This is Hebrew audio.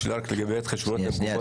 שאלה רק לגבי ההתחשבנויות --- הקופות.